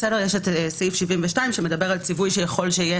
יש סעיף 72 שמדבר על ציווי שיכול שיהיה